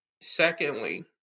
secondly